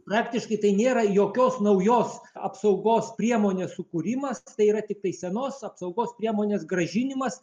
praktiškai tai nėra jokios naujos apsaugos priemonės sukūrimas tai yra tiktai senos apsaugos priemonės grąžinimas